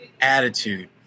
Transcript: attitude